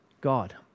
God